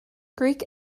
greek